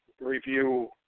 review